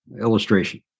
illustration